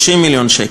30 מיליון שקל,